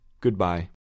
Goodbye